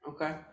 okay